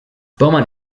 beaumont